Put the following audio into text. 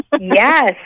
Yes